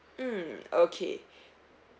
mm okay